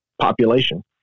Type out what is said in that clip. population